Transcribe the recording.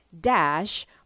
dash